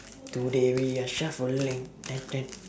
today we are shuffling